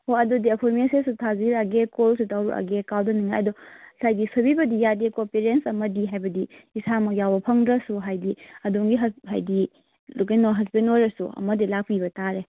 ꯍꯣꯏ ꯑꯗꯨꯗꯤ ꯑꯩꯈꯣꯏ ꯃꯦꯁꯦꯁꯁꯨ ꯊꯥꯕꯤꯔꯛꯑꯒꯦ ꯀꯣꯜꯁꯨ ꯇꯧꯔꯛꯑꯒꯦ ꯀꯥꯎꯗꯅꯕ ꯑꯗꯣ ꯉꯁꯥꯏꯒꯤ ꯁꯣꯏꯕꯤꯕꯗꯤ ꯌꯥꯗꯦꯀꯣ ꯄꯦꯔꯦꯟꯁ ꯑꯃꯗꯤ ꯍꯥꯏꯕꯗꯤ ꯏꯁꯥꯃꯛ ꯌꯥꯎꯕ ꯐꯪꯗ꯭ꯔꯁꯨ ꯍꯥꯏꯗꯤ ꯑꯗꯣꯝꯒꯤ ꯍꯁ ꯍꯥꯏꯗꯤ ꯀꯩꯅꯣ ꯍꯁꯕꯦꯟ ꯑꯣꯏꯔꯁꯨ ꯑꯃꯗꯤ ꯂꯥꯛꯄꯤꯕ ꯇꯥꯔꯦ